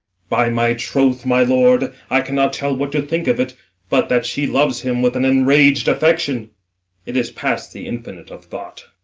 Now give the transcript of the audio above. by my troth, my lord, i cannot tell what to think of it but that she loves him with an enraged affection it is past the infinite of thought.